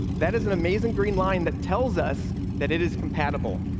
that is an amazing green line that tells us that it is compatible.